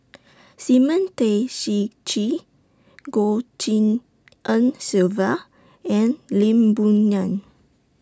Simon Tay Seong Chee Goh Tshin En Sylvia and Lee Boon Ngan